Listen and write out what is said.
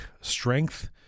strength